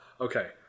okay